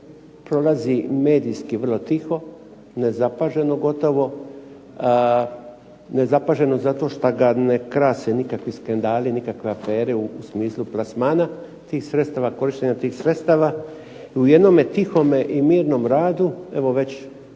prolazi medijski vrlo tiho, nezapaženo gotovo, nezapaženo zato što ga ne krase nikakve afere, nikakvi skandali u smislu plasmana korištenja tih sredstava. I u jednom tihom i mirnom radu evo već